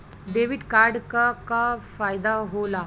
Debit card क का फायदा हो ला?